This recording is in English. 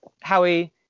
Howie